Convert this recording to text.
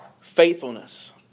faithfulness